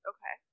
Okay